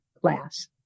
class